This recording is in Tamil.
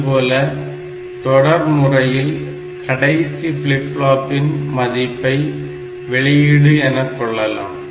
அதுபோல தொடர் முறையில் கடைசி ஃபிளிப் ஃபிளாப்பின் மதிப்பை வெளியீடு எனக்கொள்ளலாம்